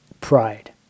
pride